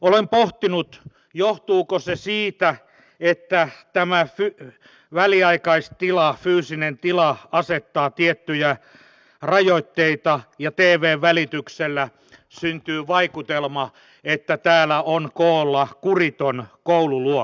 olen pohtinut johtuuko se siitä että tämä väliaikaistila fyysinen tila asettaa tiettyjä rajoitteita ja tvn välityksellä syntyy vaikutelma että täällä on koolla kuriton koululuokka